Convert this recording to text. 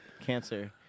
cancer